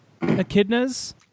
echidnas